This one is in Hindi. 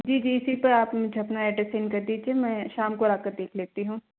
जी जी इसी पर आप मुझे अपना एड्रेस सेंड कर दीजिए मैं शाम को आ कर देख लेती हूँ